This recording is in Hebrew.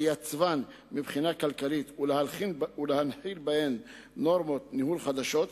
לייצבן מבחינה כלכלית ולהנחיל בהן נורמות ניהול חדשות,